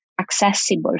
accessible